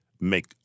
make